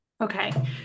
Okay